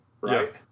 Right